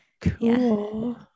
cool